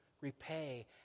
repay